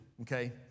Okay